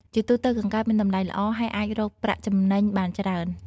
ជាទូទៅ កង្កែបមានតម្លៃល្អ ហើយអាចរកប្រាក់ចំណេញបានច្រើន។